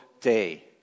day